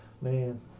man